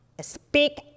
speak